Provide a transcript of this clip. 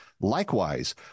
likewise